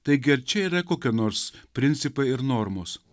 taigi ar čia yra kokie nors principai ir normos